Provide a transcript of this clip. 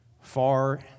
far